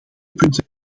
punten